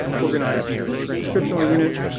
organized into a transcriptional unit.